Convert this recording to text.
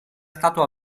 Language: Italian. stato